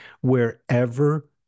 wherever